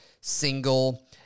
single